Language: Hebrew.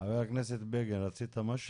חברת הכנסת בגין, רצית משהו?